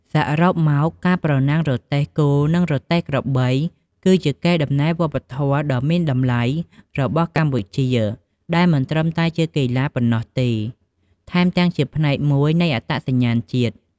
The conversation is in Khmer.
សរុបមក ការប្រណាំងរទេះគោ និងរទេះក្របី គឺជាកេរដំណែលវប្បធម៌ដ៏មានតម្លៃរបស់កម្ពុជា ដែលមិនត្រឹមតែជាកីឡាប៉ុណ្ណោះទេ ថែមទាំងជាផ្នែកមួយនៃអត្តសញ្ញាណជាតិ